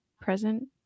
present